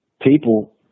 people